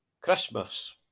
Christmas